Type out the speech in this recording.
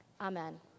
Amen